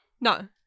No